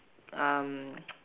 um